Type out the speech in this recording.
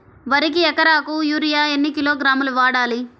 వరికి ఎకరాకు యూరియా ఎన్ని కిలోగ్రాములు వాడాలి?